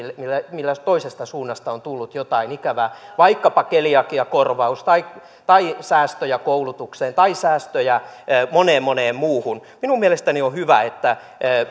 joille toisesta suunnasta on tullut jotain ikävää vaikkapa keliakiakorvaus tai tai säästöjä koulutukseen tai säästöjä moneen moneen muuhun minun mielestäni on hyvä että